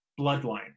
bloodline